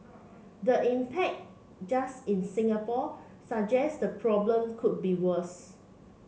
the impact just in Singapore suggests the problem could be worse